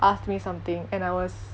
asked me something and I was